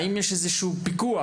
האם יש איזשהו פיקוח?